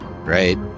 Right